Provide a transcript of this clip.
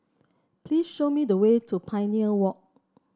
please show me the way to Pioneer Walk